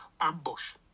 ambush